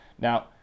Now